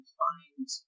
find